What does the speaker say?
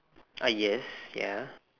uh yes ya